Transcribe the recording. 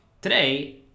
today